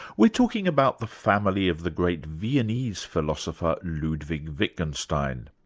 we're talking about the family of the great viennese philosopher, ludwig wittgenstein.